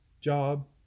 job